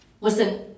Listen